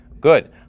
Good